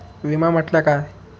विमा म्हटल्या काय?